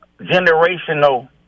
generational